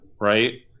right